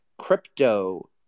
crypto